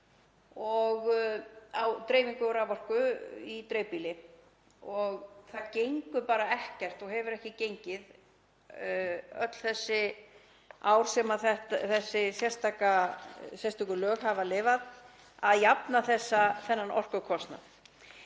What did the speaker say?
á dreifingu á raforku í dreifbýli. Það gengur bara ekkert og hefur ekki gengið í öll þessi ár sem þessi sérstöku lög hafa lifað að jafna þennan orkukostnað.